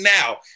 now